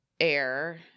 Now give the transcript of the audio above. air